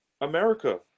America